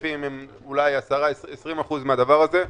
ההיקפים הם אולי 10%,20% מהדבר הזה.